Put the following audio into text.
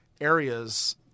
areas